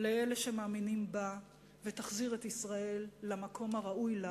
לאלה שמאמינים בה ותחזיר את ישראל למקום הראוי לה